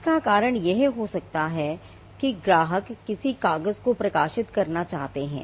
इसका कारण यह हो सकता है कि ग्राहक किसी कागज को प्रकाशित करना चाहते हैं